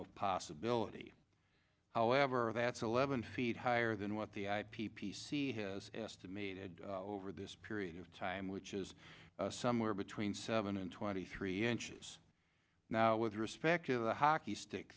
of possibility however that's eleven feet higher than what the p p c estimated over this period of time which is somewhere between seven and twenty three inches now with respect to the hockey stick